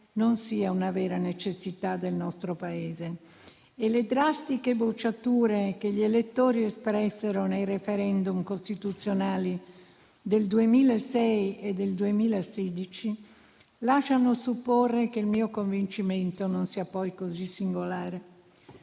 non sia una vera necessità del nostro Paese e le drastiche bocciature che gli elettori espressero nei *referendum* costituzionali del 2006 e del 2016 lasciano supporre che il mio convincimento non sia poi così singolare.